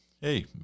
Hey